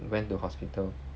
went to hospital